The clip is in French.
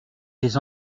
des